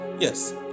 yes